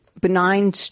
benign